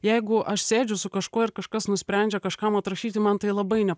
jeigu aš sėdžiu su kažkuo ir kažkas nusprendžia kažkam atrašyti man tai labai ne